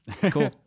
Cool